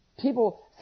people